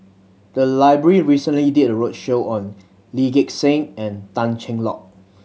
the library recently did a roadshow on Lee Gek Seng and Tan Cheng Lock